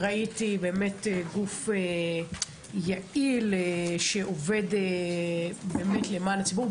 ראיתי באמת גוף יעיל שעובד באמת למען הציבור,